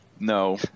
No